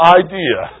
idea